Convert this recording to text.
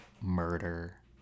murder